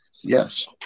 Yes